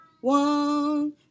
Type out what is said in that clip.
One